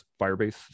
Firebase